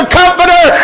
comforter